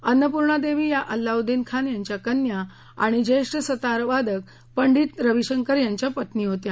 अन्नपूर्णादेवी या अल्लाउद्दीन खान यांच्या कन्या आणि ज्येष्ठ सतारवादक पंडित रविशंकर यांच्या पत्नी होत्या